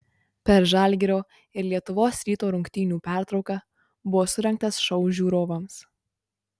per žalgirio ir lietuvos ryto rungtynių pertrauką buvo surengtas šou žiūrovams